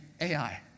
AI